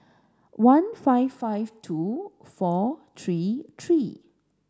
one five five two four three three